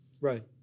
Right